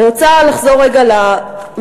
אני רוצה לחזור רגע למסקנות.